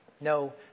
no